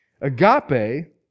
Agape